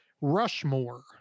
Rushmore